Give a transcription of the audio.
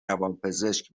روانپزشک